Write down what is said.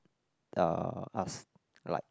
uh us like